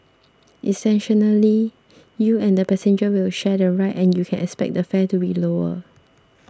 you and that passenger will share the ride and you can expect the fare to be lower